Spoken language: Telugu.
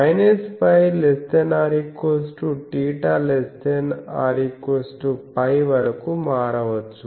π≤θ≤π వరకు మారవచ్చు